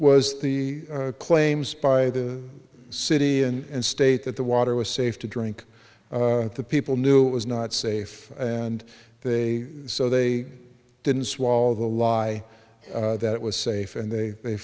was the claims by the city and state that the water was safe to drink the people knew it was not safe and they so they didn't swallow the lie that it was safe and they they